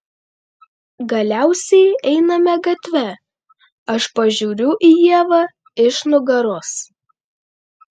galiausiai einame gatve aš pažiūriu į ievą iš nugaros